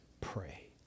pray